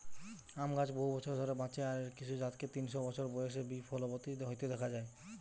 আম গাছ বহু বছর বাঁচে, এর কিছু জাতকে তিনশ বছর বয়সে বি ফলবতী হইতে দিখা যায়